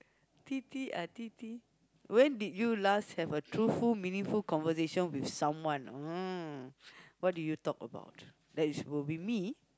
tete-a-tete when did you last have a truthful meaningful conversation with someone orh what did you talk about that is will be me